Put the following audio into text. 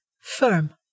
Firm